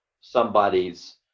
somebody's